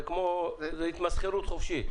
זו התמסחרות חופשית.